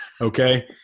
okay